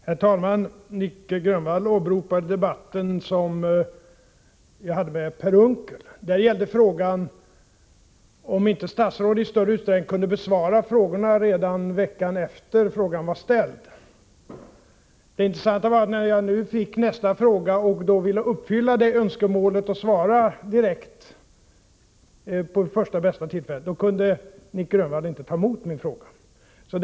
Herr talman! Nic Grönvall åberopar den debatt som jag hade med Per Unckel. Det gällde frågan om inte statsråden i större utsträckning kunde besvara frågorna redan en vecka efter det att de ställts. Det intressanta var att när jag nu fick nästa fråga och ville uppfylla detta önskemål och svara direkt, vid första tillfälle, kunde Nic Grönvall inte ta emot mitt frågesvar.